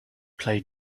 play